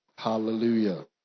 Hallelujah